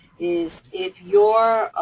is if your,